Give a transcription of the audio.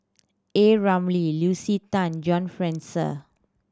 A Ramli Lucy Tan John Fraser